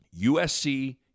USC